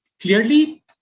Clearly